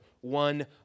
one